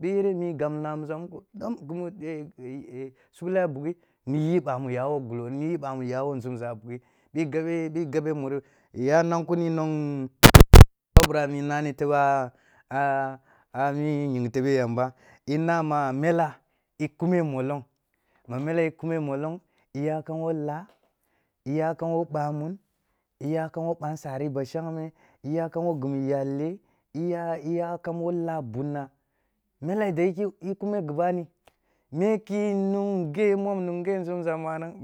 Bi yere muyi gabwan a musa muko dom gimu sughle a bughi n iyi bamu yawo gulllo, nuyi ɓami yawo nzumza a bughi a mi ying tebe yamba, i na ma mela i kume molong-ma mda i kume molong, iya kam wo laa iyakam wo bamun, iyakam wo ban sari ba shagme, i yakam wo gimi iya le, iya-iya kam wo laa bun na, mele dayeke i kume gib a ni, meki nuge-mom nunge nzumza manang, mi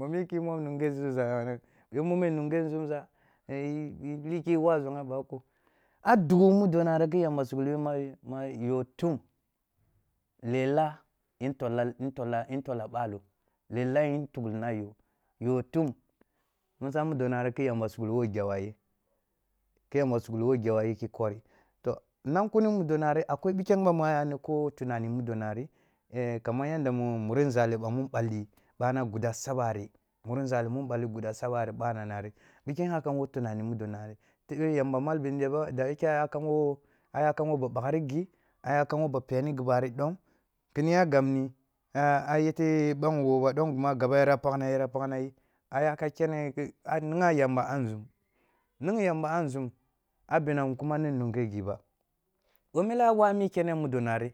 mome munge nzumza, a dughu mudonari ki yamba sughibi ba-ɓa yo tum lela, in tolda- in tolla- intolla balo lela yin tukhli nay o tolla intolla balo lela yin tukhlina yo yo tu, musa mudonari ki yamba sugh wo gyawaye, ki yamba sughli wo gyawaye ki kwari. To nang kuni mudonari akwoi bukkyang bamu a y ani ko tunani mudonari e kanan yadda e muri nzali bamu nballi, bana guda sabari bana nari, bikyank yakam wo tunani mudonari, tebe yamba mal bini dayi ke aya-aya kam wo ba bakhri gi aya wo ba peni gibari dom kini ya gabmi ayete bang wuwo bad om guma gaba yara pakhnna, yara pakhna yi, ayaka kene ki a nigha yamba a nzum ning yamba a nzum a binam kumam ni nunge gib a bo mele a wa mi kene mudona ri